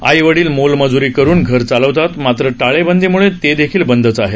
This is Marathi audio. आई वडील मोल मजुरी करून घर चालवतात मात्र टाळेबंदी मुळे तेदेखील बंदच आहे